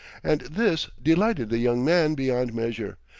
and this delighted the young man beyond measure,